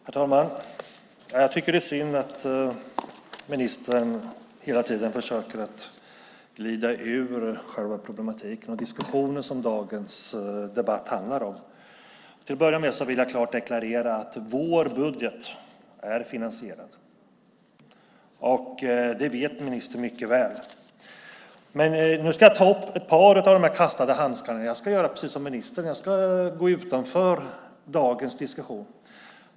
Herr talman! Jag tycker att det är synd att ministern hela tiden försöker glida ur själva problematiken och diskussionen som dagens debatt handlar om. Till att börja med vill jag klart deklarera att vår budget är finansierad, och det vet ministern mycket väl. Nu ska jag ta upp ett par av de kastade handskarna. Jag ska göra precis som ministern och gå utanför dagens diskussion.